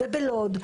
בלוד,